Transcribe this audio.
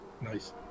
nice